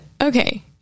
okay